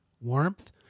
warmth